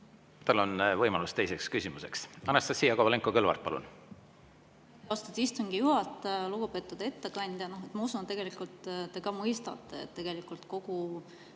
Tal on võimalus teiseks küsimuseks. Anastassia Kovalenko-Kõlvart, palun!